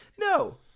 No